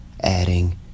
adding